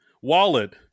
wallet